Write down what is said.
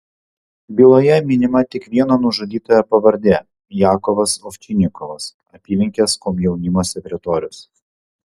byloje minima tik vieno nužudytojo pavardė jakovas ovčinikovas apylinkės komjaunimo sekretorius